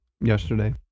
yesterday